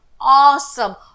awesome